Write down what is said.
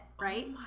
Right